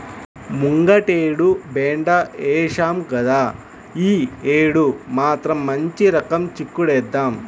ముంగటేడు బెండ ఏశాం గదా, యీ యేడు మాత్రం మంచి రకం చిక్కుడేద్దాం